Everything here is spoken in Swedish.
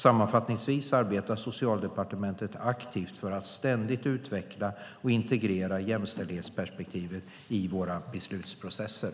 Sammanfattningsvis arbetar Socialdepartementet aktivt för att ständigt utveckla och integrera jämställdhetsperspektivet i våra beslutsprocesser.